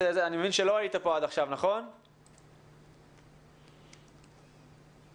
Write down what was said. כאן נציגים רבים של תעשיית הקולנוע בכאב עצום שנובע מעובדה מאוד מאוד